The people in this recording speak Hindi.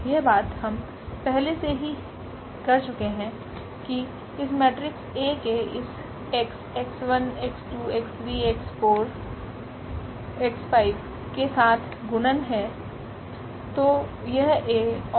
यह बात हम पहले से ही कर चुके है कि इस मेट्रिक्स A के इस x के साथगुणनहै